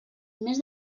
més